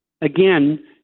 Again